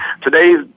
today's